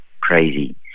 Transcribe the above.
crazy